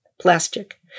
plastic